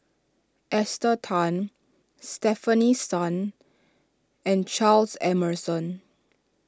Esther Tan Stefanie Sun and Charles Emmerson